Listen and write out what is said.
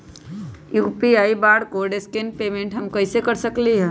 UPI barcode scan payment हम कईसे कर सकली ह?